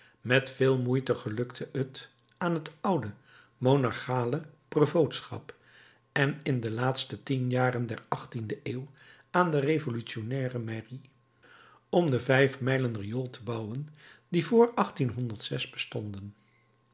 met veel moeite gelukte het aan het oude monarchale prevootschap en in de laatste tien jaren der achttiende eeuw aan de revolutionnaire mairie om de vijf mijlen riool te bouwen die vr bestonden